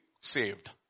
saved